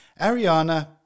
Ariana